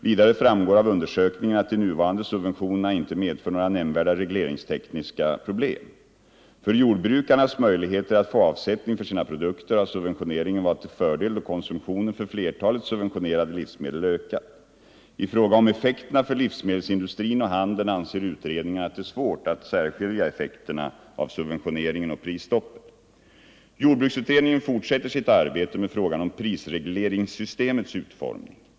Vidare framgår av undersökningen att de nuvarande subventionerna inte medför några nämnvärda regleringstekniska problem. För jordbrukarnas möjligheter att få avsättning för sina produkter har subventioneringen varit till fördel då konsumtionen för flertalet subventionerade livsmedel ökat. I fråga om effekterna för livsmedelsindustrin och handeln anser utredningen att det är svårt att särskilja effekterna av subventioneringen och prisstoppet. Jordbruksutredningen fortsätter sitt arbete med frågan om prisregleringssystemets utformning.